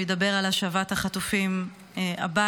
הוא ידבר על השבת החטופים הביתה.